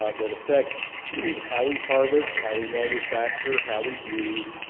ah that affects how we harvest, how we manufacture, how we use,